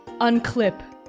unclip